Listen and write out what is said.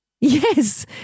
Yes